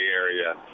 area